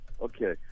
Okay